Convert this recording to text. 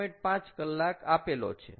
5 કલાક આપેલો છે